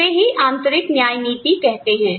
इसे ही आंतरिक न्याय नीति कहते हैं